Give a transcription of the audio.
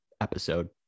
episode